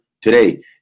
today